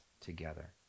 together